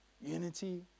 Unity